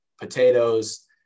potatoes